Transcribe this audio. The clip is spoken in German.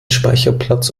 speicherplatz